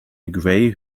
gray